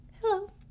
Hello